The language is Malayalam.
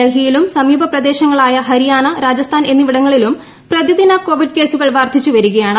ഡൽഹിയിലും സമീപപ്രദേശങ്ങളായ ഹരിയാന രാജസ്ഥാൻ എന്നിവിടങ്ങളിലും പ്രതിദിന കോവിഡ് കേസുകൾ വർധിച്ചുവരികയാണ്